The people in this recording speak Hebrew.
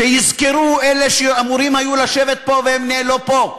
שיזכרו אלה שאמורים היו לשבת פה והם לא פה,